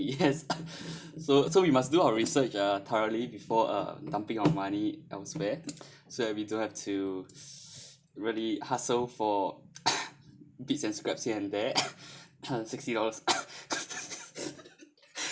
yes so so we must do our research uh thoroughly before uh dumping our money elsewhere so we don't have to really hassle for bits and scraps here and there uh sixty dollars